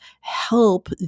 help